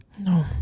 No